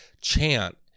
chant